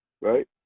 Right